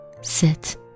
Sit